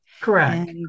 Correct